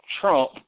Trump